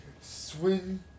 Swing